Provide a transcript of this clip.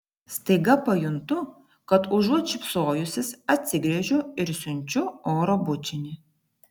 staiga pajuntu kad užuot šypsojusis atsigręžiu ir siunčiu oro bučinį